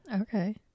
Okay